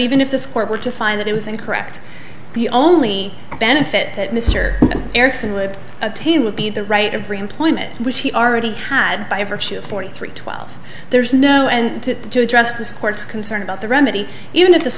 even if this court were to find that it was incorrect the only benefit that mr erickson would obtain would be the right of employment which he already had by virtue forty three twelve there is no end to address this court's concern about the remedy even if th